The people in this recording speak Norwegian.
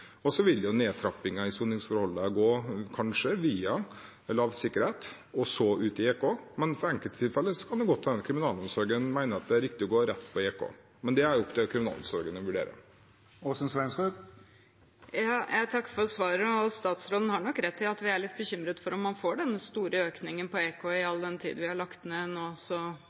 Så vil nedtrappingen i soningsforholdene kanskje gå via lavsikkerhet og så ut i EK, men for enkelte tilfeller kan det godt hende at kriminalomsorgen mener det er riktig å gå rett på EK. Men det er det opp til kriminalomsorgen å vurdere. Jeg takker for svaret. Statsråden har nok rett i at vi er litt bekymret for om man får den store økningen på EK, all den tid vi nå har lagt ned så mange åpne fengsler at tilfanget kanskje ikke blir så